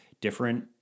different